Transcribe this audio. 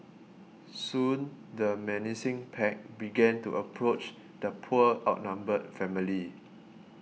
soon the menacing pack began to approach the poor outnumbered family